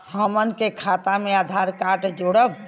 हमन के खाता मे आधार कार्ड जोड़ब?